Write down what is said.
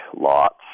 lots